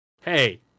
hey